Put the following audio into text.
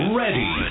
ready